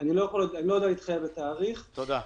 אני לא יודע להתחייב על תאריך -- תודה.